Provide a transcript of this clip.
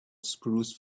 spruce